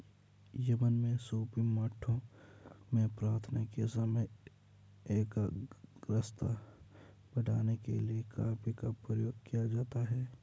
Yemen में सूफी मठों में प्रार्थना के समय एकाग्रता बढ़ाने के लिए कॉफी का प्रयोग किया जाता था